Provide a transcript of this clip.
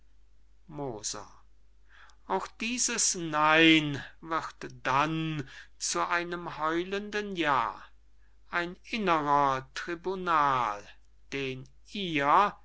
moser auch dieses nein wird dann zu einem heulenden ja ein inneres tribunal das ihr